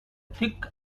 thick